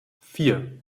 vier